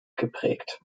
geprägt